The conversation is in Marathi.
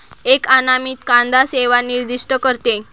एक अनामित कांदा सेवा निर्दिष्ट करते